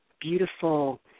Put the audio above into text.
beautiful